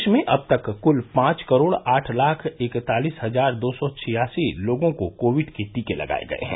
देश में अब तक कुल पांच करोड़ आठ लाख इकतालीस हजार दो सौ छियासी लोगों को कोविड के टीके लगाए गए हैं